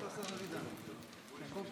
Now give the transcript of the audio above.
יולי יואל אדלשטיין, בן יורי